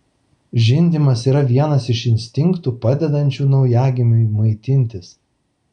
žindymas yra vienas iš instinktų padedančių naujagimiui maitintis